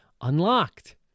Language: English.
unlocked